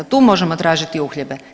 Tu možemo tražiti uhljebe.